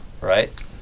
Right